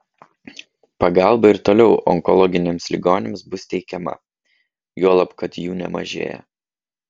pagalba ir toliau onkologiniams ligoniams bus teikiama juolab kad jų nemažėja